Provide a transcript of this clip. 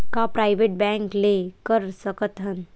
का private bank ले कर सकत हन?